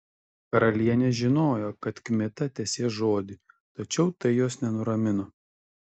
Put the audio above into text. karalienė žinojo kad kmita tesės žodį tačiau tai jos nenuramino